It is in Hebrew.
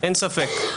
אין ספק,